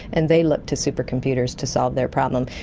and they looked to supercomputers to solve their problem.